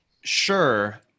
sure